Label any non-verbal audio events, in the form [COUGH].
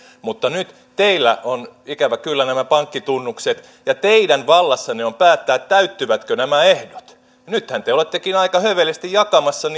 mutta nyt teillä on ikävä kyllä nämä pankkitunnukset ja teidän vallassanne on päättää täyttyvätkö nämä ehdot nythän te te olettekin aika hövelisti jakamassa [UNINTELLIGIBLE]